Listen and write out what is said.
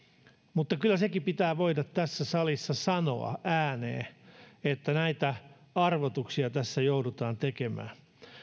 mutta kyllä sekin pitää voida tässä salissa sanoa ääneen että näitä arvotuksia tässä joudutaan tekemään